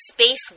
space